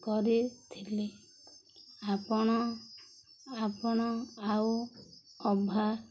କରିଥିଲି ଆପଣ ଆପଣ ଆଉ ଅଭା